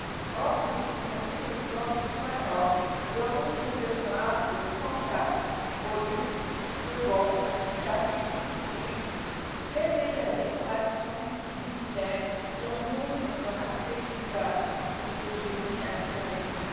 chapitre viii quelle est la décoration qui distingue ton eau ne me rafraîchit pas dit le génie altéré